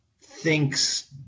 thinks